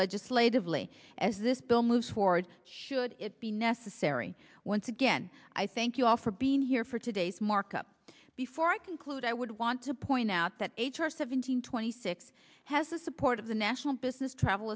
legislatively as this bill moves forward should it be necessary once again i thank you all for being here for today's markup before i conclude i would want to point out that h r seven hundred twenty six has the support of the national business travel